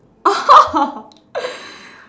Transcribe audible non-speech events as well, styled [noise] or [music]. oh [laughs]